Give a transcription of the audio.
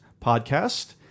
podcast